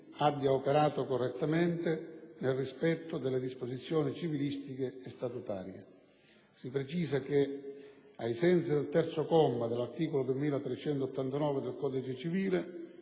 abbia operato correttamente, nel rispetto delle disposizioni civilistiche e statutarie. Si precisa che, ai sensi del comma 3, dell'articolo 2389 del codice civile,